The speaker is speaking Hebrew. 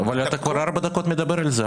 אתה כבר ארבע דקות מדבר על זה.